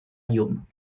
llum